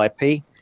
IP